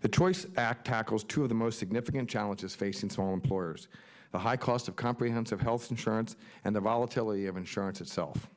the choice act tackles two of the most significant challenges facing small employers the high cost of comprehensive health insurance and the volatility of insurance itself